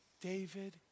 David